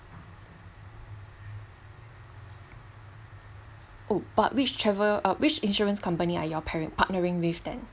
oh but which travel uh which insurance company are y'all parent partnering with them